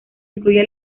incluye